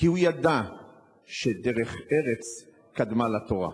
כי הוא ידע שדרך ארץ קדמה לתורה,